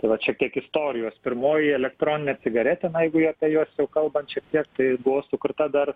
tai vat šiek tiek istorijos pirmoji elektroninė cigaretė na jeigu jau apie jas jau kalbant šiek tiek tai buvo sukurta dar